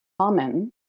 common